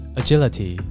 agility